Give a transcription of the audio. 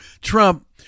Trump